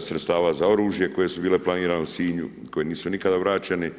sredstava za oružje koje su bile planirane u Sinju, koji nisu nikada vraćeni.